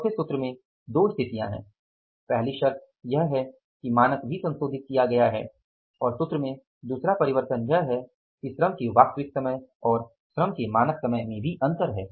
चौथे सूत्र में 2 स्थितियां हैं पहली शर्त यह है कि मानक भी संशोधित किया गया है और सूत्र में दूसरा परिवर्तन यह है कि श्रम के वास्तविक समय और श्रम के मानक समय में अंतर है